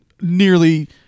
nearly